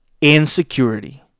insecurity